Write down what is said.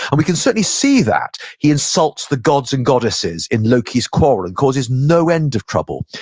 and we can certainly see that. he insults the gods and goddesses in loki's quarrel. it causes no end of trouble.